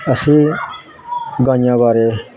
ਅਸੀਂ ਗਾਈਆਂ ਬਾਰੇ